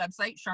website